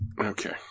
Okay